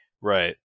Right